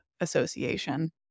association